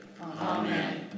Amen